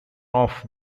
off